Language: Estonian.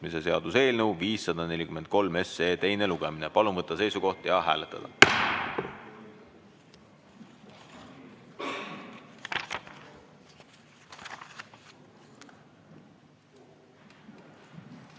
seaduse eelnõu 543 teine lugemine. Palun võtta seisukoht ja hääletada!